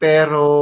Pero